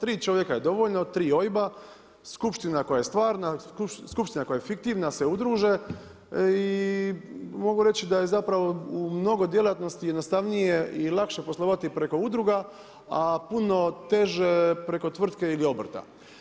Tri čovjeka je dovoljno, tri OIB-a, skupština koja je stvarna, skupština koja je fiktivna se udruže i mogu reći da je zapravo u mnogo djelatnosti jednostavnije i lakše poslovati preko udruga, a puno teže preko tvrtke ili obrta.